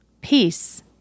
peace